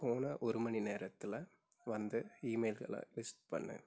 போன ஒரு மணிநேரத்தில் வந்த இமெயில்களை லிஸ்ட் பண்ணு